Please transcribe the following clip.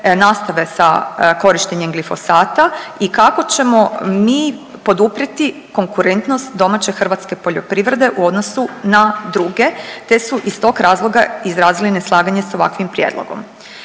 nastave sa korištenjem glifosata i kako ćemo mi poduprijeti konkurentnost domaće hrvatske poljoprivrede u odnosu na druge, te su iz tog razloga izrazili neslaganje s ovakvim prijedlogom.